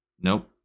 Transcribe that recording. Nope